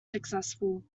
successful